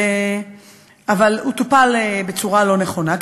הוא טופל בצורה לא נכונה,